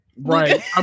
Right